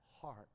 heart